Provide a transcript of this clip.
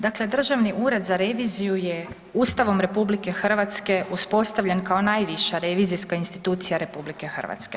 Dakle, Državni ured za reviziju je Ustavom RH uspostavljen kao najviša revizijska institucija RH.